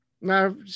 now